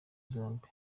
zombi